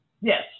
Yes